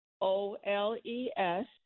O-L-E-S